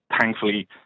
thankfully